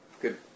good